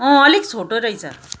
अँ अलिक छोटो रहेछ